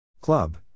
Club